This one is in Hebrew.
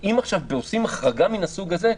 כשעושים החרגה מן הסוג הזה,